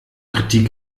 kritik